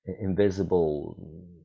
invisible